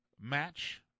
match